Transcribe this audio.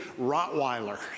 Rottweiler